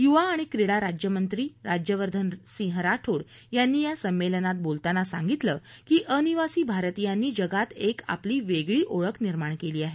युवा आणि क्रीडा राज्यमंत्री राज्यवर्धन सिंह राठोड यांनी या संमेलनात बोलताना सांगितलं की अनिवासी भारतीयांनी जगात एक आपली वेगळी ओळख निर्माण केली आहे